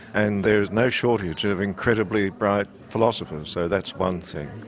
and there is no shortage of incredibly bright philosophers so that's one thing.